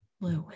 Lewis